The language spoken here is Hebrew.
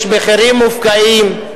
יש מחירים מופקעים,